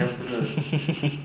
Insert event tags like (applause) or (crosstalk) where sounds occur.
(laughs)